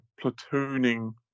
platooning